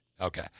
okay